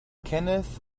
kenneth